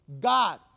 God